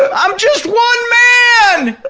i'm just one man.